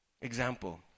Example